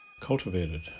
Cultivated